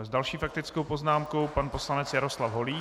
S další faktickou poznámkou pan poslanec Jaroslav Holík.